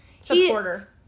supporter